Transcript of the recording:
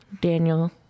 Daniel